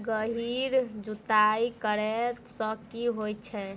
गहिर जुताई करैय सँ की होइ छै?